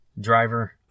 Driver